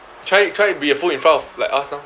try try to be a fool in front of like us now